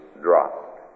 dropped